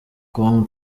com